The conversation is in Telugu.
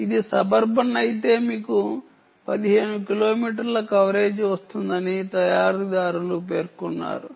ఇది సబర్బన్ అయితే మీకు 15 కిలోమీటర్ల కవరేజ్ వస్తుందని తయారీదారులు పేర్కొన్నారు